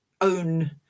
own